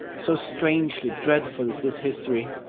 so strangely dreadful is this history.